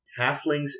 Halflings